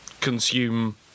consume